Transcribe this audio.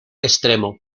extremo